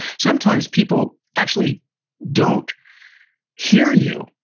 sometimes, people actually don't hear you,